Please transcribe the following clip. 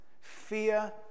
fear